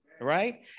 Right